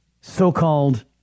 so-called